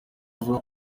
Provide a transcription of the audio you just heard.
uvuga